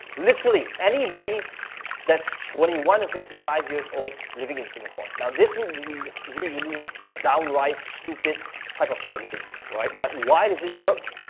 literally anybody that's twenty one to fifty five years old living in singapore. now this will be usually a downright stupid type of targeting, right? but why does it work?